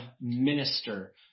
minister